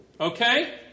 Okay